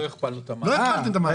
לא הכפלנו את המענק.